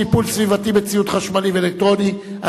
חוק לטיפול סביבתי בציוד חשמלי ואלקטרוני ובסוללות,